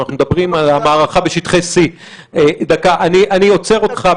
אנחנו מדברים על המערכה בשטחי C. אני עוצר אותך.